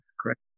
Correct